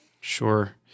Sure